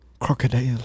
Crocodile